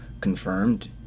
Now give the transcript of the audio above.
confirmed